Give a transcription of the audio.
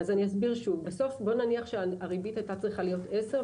אז אני אסביר שוב: בוא נניח שבסוף הריבית הייתה צריכה להיות עשר,